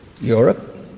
Europe